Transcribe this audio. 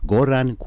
Goran